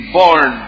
born